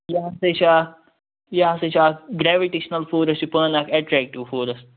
یہِ ہَسا چھِ اکھ یہِ ہَسا چھِ اکھ گریوِٹیشنَل فورس چھُ پانہٕ اکھ اَٹریکٹِو فورُس